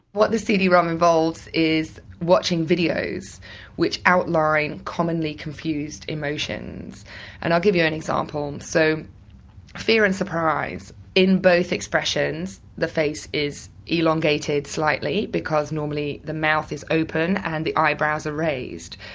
what the cd rom involves is watching videos which outline commonly confused emotions and i'll give you an example. um so fear and surprise in both expressions the face is elongated slightly because normally the mouth is open and the eyebrows are raised.